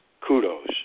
kudos